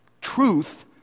truth